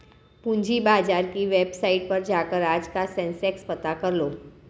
पूंजी बाजार की वेबसाईट पर जाकर आज का सेंसेक्स पता करलो